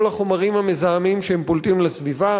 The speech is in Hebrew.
החומרים המזהמים שהם פולטים לסביבה.